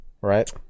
Right